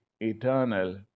eternal